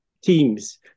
teams